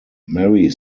marie